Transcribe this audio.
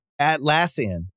Atlassian